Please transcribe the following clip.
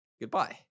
goodbye